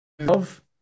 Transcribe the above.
love